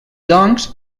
doncs